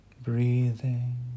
Breathing